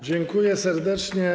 Dziękuję serdecznie.